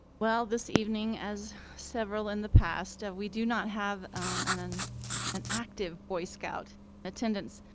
well, this evening, as several in the past, we do not have and an an active boy scout attendance,